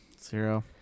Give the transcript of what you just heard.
zero